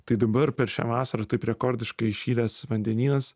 tai dabar per šią vasarą taip rekordiškai įšilęs vandenynas